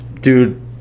dude